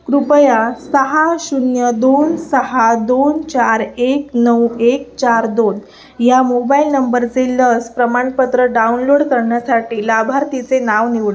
कृपया सहा शून्य दोन सहा दोन चार एक नऊ एक चार दोन या मोबाईल नंबरचे लस प्रमाणपत्र डाउनलोड करण्यासाठी लाभार्थीचे नाव निवडा